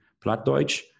Plattdeutsch